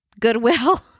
goodwill